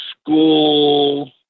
school